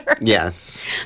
Yes